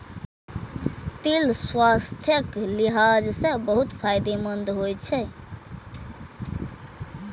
तिल स्वास्थ्यक लिहाज सं बहुत फायदेमंद होइ छै